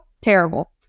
terrible